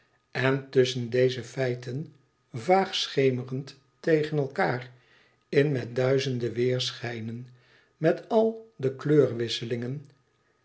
en tusschen deze feiten vaag schemerend tegen elkaâr in met duizende weêrschijnen met al de